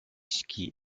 ski